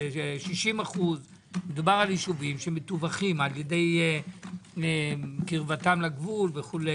זה 60%. מדובר על ישובים שמטווחים על ידי קרבתם לגבול וכו',